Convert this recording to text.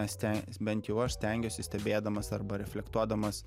sten bent jau aš stengiuosi stebėdamas arba reflektuodamas